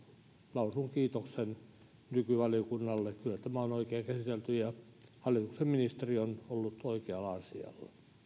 lausun kiitoksen nykyvaliokunnalle kyllä tämä on oikein käsitelty ja hallituksen ministeri on ollut oikealla asialla